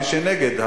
מי שנגד,